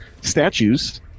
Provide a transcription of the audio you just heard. statues